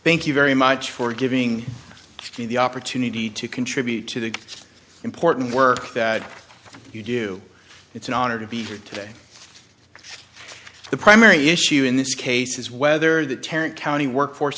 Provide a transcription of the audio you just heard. thank you very much for giving me the opportunity to contribute to the important work that you do it's an honor to be here today the primary issue in this case is whether the terran county workforce